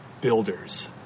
builders